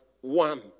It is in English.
one